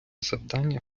завдання